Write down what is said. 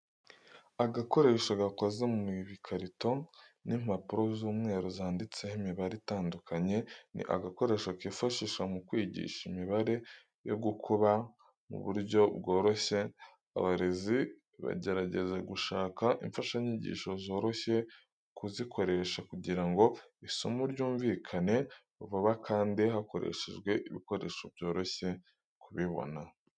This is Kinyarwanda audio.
Agakoresho gakoze mu bikarito n'impapuro z'umweru zanditseho imibare itandukanye, ni agakoresho kifashishwa mu kwigisha imibare yo gukuba mu buryo bworoshye. Abarezi bagerageza gushaka imfashanyigisho zoroshye kuzikoresha kugira ngo isomo ryumvikane vuba kandi hakoreshejwe ibikoresho byoroshye kubibona.